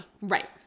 right